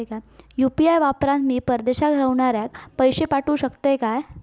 UPI वापरान मी परदेशाक रव्हनाऱ्याक पैशे पाठवु शकतय काय?